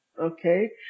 Okay